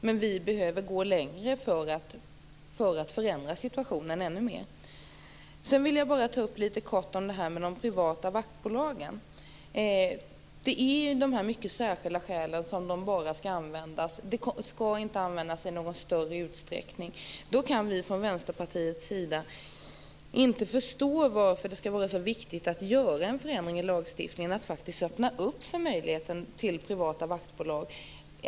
Men vi behöver gå längre för att förändra situationen ännu mer. Jag vill bara kort ta upp frågan om de privata vaktbolagen. Det är bara i mycket särskilda fall som de skall användas, och de skall inte användas i någon större utsträckning. Då kan vi från Vänsterpartiets sida inte förstå varför det skall vara så viktigt att göra en förändring i lagstiftningen och därmed öppna möjligheten för privata vaktbolag.